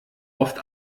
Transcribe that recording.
oft